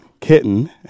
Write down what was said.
Kitten